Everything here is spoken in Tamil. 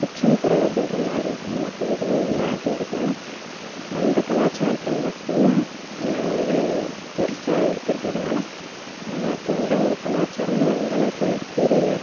குற்றம் குறை அப்படின்ற மாதிரி அந்த மாதிரி எதுவும் இல்லை அப்படின்றதுனால அந்த கலாச்சாரத்தை மட்டும் தான் நான் வந்து பெருசாக எடுத்துருக்கறதுனால மற்ற எந்த ஒரு கலாச்சாரமும் அந்த அளவுக்கு எனக்கு தெரியலை